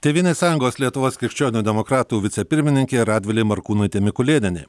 tėvynės sąjungos lietuvos krikščionių demokratų vicepirmininkė radvilė morkūnaitė mikulėnienė